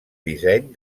disseny